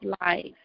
life